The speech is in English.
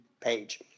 page